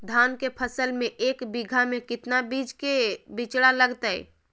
धान के फसल में एक बीघा में कितना बीज के बिचड़ा लगतय?